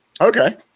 okay